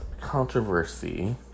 controversy